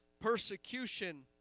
persecution